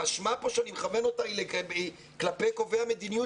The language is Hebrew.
האשמה פה שאני מכוון היא כלפי קובעי המדיניות